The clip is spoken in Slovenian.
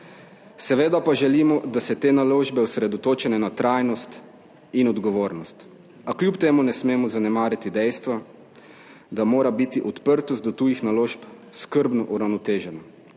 Seveda pa želimo, da so te naložbe osredotočene na trajnost in odgovornost, a kljub temu ne smemo zanemariti dejstva, da mora biti odprtost do tujih naložb skrbno uravnotežena.